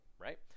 right